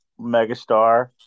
megastar